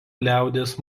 liaudies